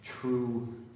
true